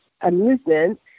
amusement